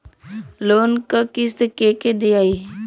Loan क किस्त के के दियाई?